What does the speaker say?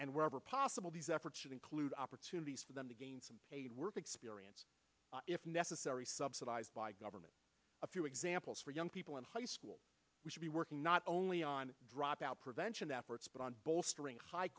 and wherever possible these efforts should include opportunities for them to gain some work experience if necessary subsidized by government a few examples for young people in high school we should be working not only on dropout prevention efforts but on bolstering high